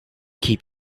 keep